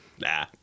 Nah